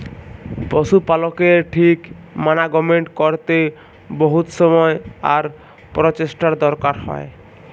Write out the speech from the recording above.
পশু পালকের ঠিক মানাগমেন্ট ক্যরতে বহুত সময় আর পরচেষ্টার দরকার হ্যয়